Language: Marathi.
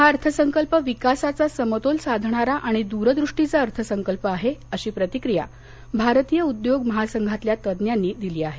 हा अर्थसंकल्प विकासाचा समतोल साधणारा आणि द्रदृष्टीचा अर्थसंकल्प आहे अशी प्रतिक्रिया भारतीय उद्योग महासंघातल्या तज्ञांनी दिली आहे